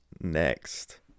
next